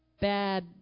bad